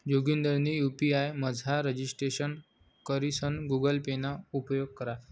जोगिंदरनी यु.पी.आय मझार रजिस्ट्रेशन करीसन गुगल पे ना उपेग करा